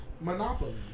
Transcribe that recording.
Monopoly